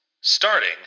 starting